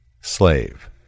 Slave